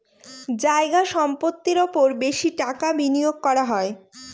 জায়গা সম্পত্তির ওপর বেশি টাকা বিনিয়োগ করা হয়